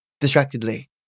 distractedly